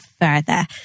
further